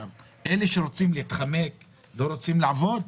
אלה שרוצים להתחמק ולא רוצים לעבוד?